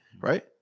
Right